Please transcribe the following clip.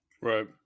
Right